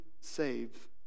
save